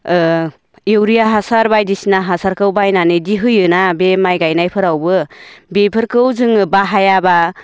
urea हासार बायदिसिना हासारखौ बायनानैदि होयोना बे माइ गायनायफोरावबो बेफोरखौ जोङो बाहायाबा